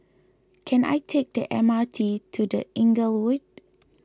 can I take the M R T to the Inglewood